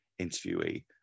interviewee